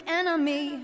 enemy